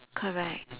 correct